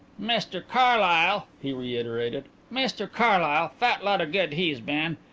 mr carlyle! he reiterated mr carlyle! fat lot of good he's been.